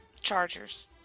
Chargers